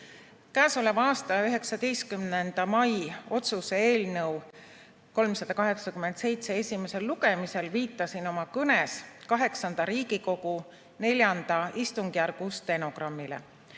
Käesoleva aasta 19. mail, otsuse eelnõu 387 esimesel lugemisel viitasin oma kõnes VIII Riigikogu IV istungjärgu stenogrammile.